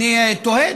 אני תוהה,